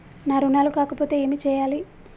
నా రుణాలు కాకపోతే ఏమి చేయాలి?